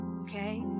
Okay